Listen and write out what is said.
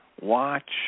watch